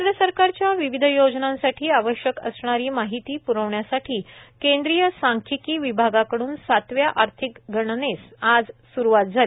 केंद्र सरकारला विविध योजनांसाठी आवश्यक असणारी माहिती प्रविण्यासाठी केंद्रीय सांख्यिकी विभागाकड्न सातव्या आर्थिक गणनेस आज स्रुवात झाली